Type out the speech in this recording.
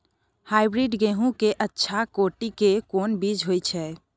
Hybrid गेहूं के अच्छा कोटि के कोन बीज होय छै?